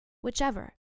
Whichever